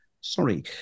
sorry